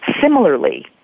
similarly